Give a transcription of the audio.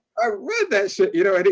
i read that shit, you know? and